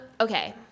Okay